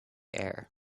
air